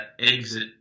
exit